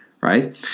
right